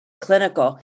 clinical